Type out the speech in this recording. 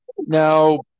Now